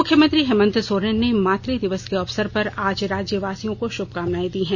मुख्यमंत्री हेमन्त सोरेन ने मातृ दिवस के अवसर पर आज राज्यवासियों को शुभकामनाए दी है